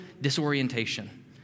disorientation